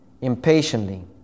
Impatiently